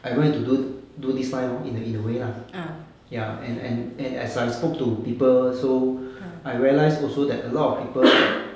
I going to do do this line lor in the in the way lah ya and and and as I spoke to people so I realised also that a lot of people